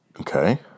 okay